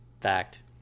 Fact